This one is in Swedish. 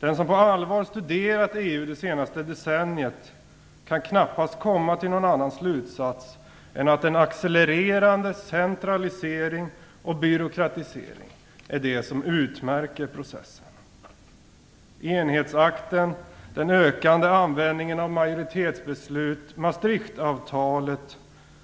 Den som på allvar har studerat EU det senaste decenniet kan knappast komma till någon annan slutsats än att det är en accelererande centralisering och byråkratisering som utmärker processen. Enhetsakten, den ökande användningen av majoritetsbeslut, Maastrichtavtalet